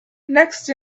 next